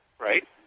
Right